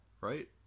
right